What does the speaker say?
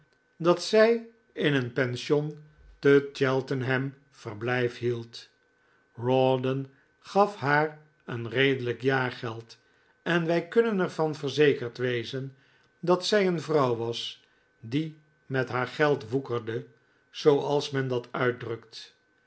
dat zij in een pension te cheltenham verblijf hield rawdon gaf haar een redelijk jaargeld en wij kunnen er van verzekerd wezen dat zij een vrouw was die met haar geld woekerde zooals men dat uitdrukt